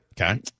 Okay